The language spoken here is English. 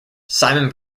simon